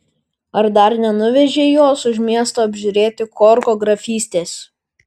ar dar nenuvežei jos už miesto apžiūrėti korko grafystės